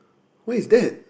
what is that